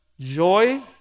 joy